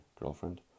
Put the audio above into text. girlfriend